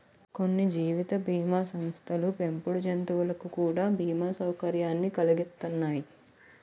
కొన్ని జీవిత బీమా సంస్థలు పెంపుడు జంతువులకు కూడా బీమా సౌకర్యాన్ని కలిగిత్తన్నాయి